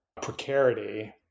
precarity